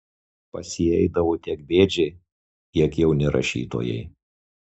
pas jį eidavo tiek bėdžiai tiek jauni rašytojai